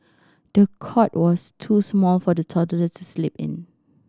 the cot was too small for the toddler to sleep in